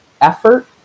Effort